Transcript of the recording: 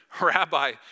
Rabbi